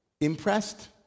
impressed